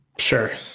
Sure